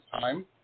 time